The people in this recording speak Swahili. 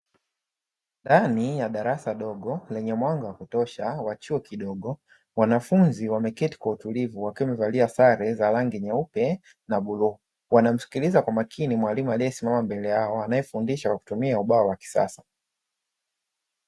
Ndani ya darasa dogo lenye mwanga wa kutosha wa chuo kidogo, wanafunzi wameketi kwa utulivu wakiwa wamevalia sare za rangi nyeupe na bluu; wanamsikiliza kwa makini mwalimu aliyesimama mbele yao anaefundisha kwa kutumia ubao wa kisasa.